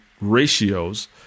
ratios